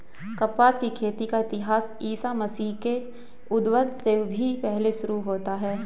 कपास की खेती का इतिहास ईसा मसीह के उद्भव से भी पहले शुरू होता है